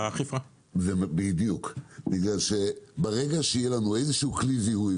ברגע שיהיה לנו כלי זיהוי,